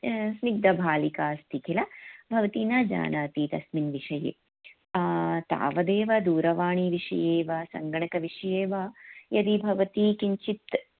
मुग्धबालिका अस्ति किल भवती न जानाति तस्मिन् विषये तावदेव दूरवाणीविषये वा सङ्गणकविषये वा यदि भवती किञ्चित्